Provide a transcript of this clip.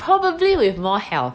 probably with more health